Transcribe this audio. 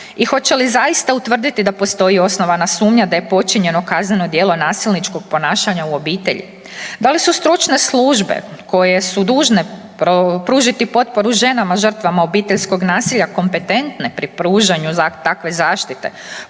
i hoće li zaista utvrditi da postoji osnovana sumnja da je počinjeno kazneno djelo nasilničkog ponašanja u obitelji? Da li su stručne službe koje su dužne pružiti potporu ženama žrtvama obiteljskog nasilja kompetentne pri pružanju takve zaštite?